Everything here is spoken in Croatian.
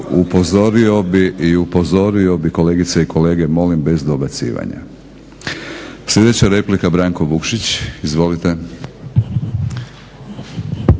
raspravama. I upozorio bih kolegice i kolege molim bez dobacivanja. Sljedeća replika Branko Vukšić. Izvolite.